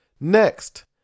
Next